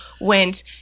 went